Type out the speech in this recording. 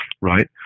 right